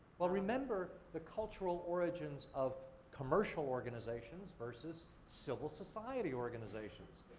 well remember, the cultural origins of commercial organizations versus civil society organizations.